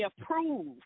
approved